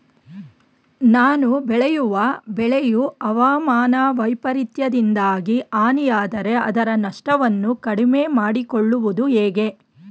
ನಾನು ಬೆಳೆಯುವ ಬೆಳೆಯು ಹವಾಮಾನ ವೈಫರಿತ್ಯದಿಂದಾಗಿ ಹಾನಿಯಾದರೆ ಅದರ ನಷ್ಟವನ್ನು ಕಡಿಮೆ ಮಾಡಿಕೊಳ್ಳುವುದು ಹೇಗೆ?